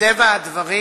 מטבע הדברים,